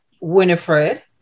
Winifred